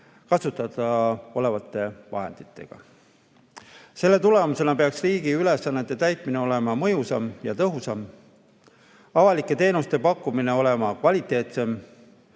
kasutada olevate vahenditega. Selle tulemusena peaks riigi ülesannete täitmine olema mõjusam ja tõhusam, avalike teenuste pakkumine kvaliteetsem,